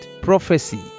Prophecy